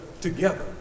together